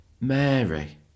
Mary